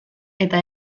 eta